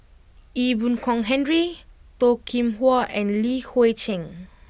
Ee Boon Kong Henry Toh Kim Hwa and Li Hui Cheng